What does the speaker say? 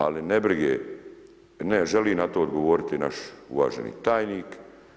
Ali nebrige, ne želi na to odgovoriti naš uvaženi tajnik.